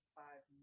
five